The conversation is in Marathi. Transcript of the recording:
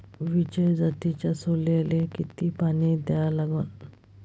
विजय जातीच्या सोल्याले किती पानी द्या लागन?